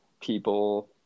people